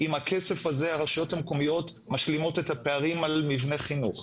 עם הכסף הזה הרשויות המקומיות משלימות את הפערים על מבני חינוך.